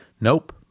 nope